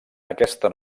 aquesta